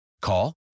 Call